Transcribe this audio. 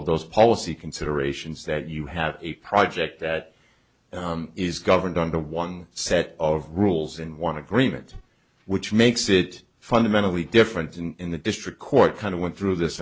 of those policy considerations that you have a project that is governed under one set of rules and want to agreement which makes it fundamentally different in the district court kind of went through this